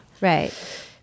right